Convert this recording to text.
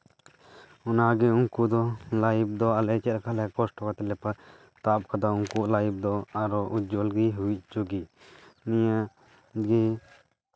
ᱚᱱᱟᱜᱮ ᱩᱱᱠᱩ ᱫᱚ ᱞᱟᱭᱤᱷ ᱫᱚ ᱟᱞᱮ ᱪᱮᱫ ᱞᱮᱠᱟ ᱞᱮ ᱯᱳᱥᱴ ᱛᱟᱵ ᱠᱟᱫᱟ ᱩᱱᱠᱩ ᱦᱚᱸ ᱞᱟᱭᱤᱯᱷ ᱫᱚ ᱟᱨ ᱩᱡᱡᱚᱞ ᱜᱮ ᱦᱩᱭ ᱦᱚᱪᱚᱜᱮ ᱱᱚᱣᱟ ᱡᱮ